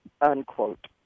unquote